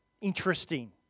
interesting